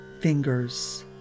fingers